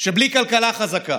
שבלי כלכלה חזקה,